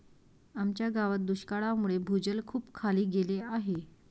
आमच्या गावात दुष्काळामुळे भूजल खूपच खाली गेले आहे